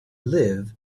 live